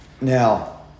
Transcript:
Now